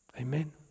Amen